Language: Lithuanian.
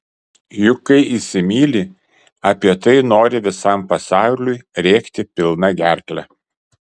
juk kai įsimyli apie tai nori visam pasauliui rėkti pilna gerkle